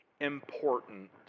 important